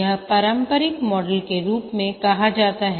यह पारंपरिक मॉडल के रूप में कहा जाएगा